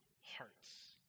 hearts